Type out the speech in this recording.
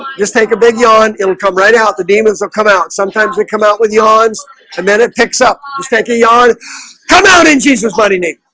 just take a big yawn. it'll come right out the demons will come out sometimes we come out with yawns and then it picks up thanke yard come out in jesus. mighty name